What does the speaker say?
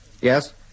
Yes